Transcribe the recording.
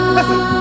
Listen